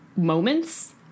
moments